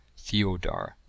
Theodar